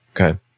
okay